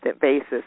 basis